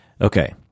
Okay